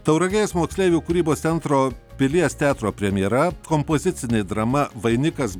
tauragės moksleivių kūrybos centro pilies teatro premjera kompozicinė drama vainikas